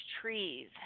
trees